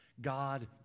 God